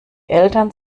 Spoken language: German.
eltern